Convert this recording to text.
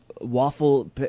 waffle